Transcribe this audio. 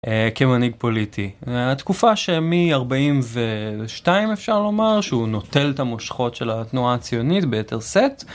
כמנהיג פוליטי. התקופה שמ-42 אפשר לומר שהוא נוטל את המושכות של התנועה הציונית ביתר סט.